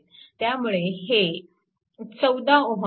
त्यामुळे ते 14Ω आहे